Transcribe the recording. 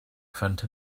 front